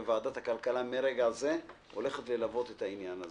ועדת הכלכלה מרגע זה הולכת ללוות את העניין הזה.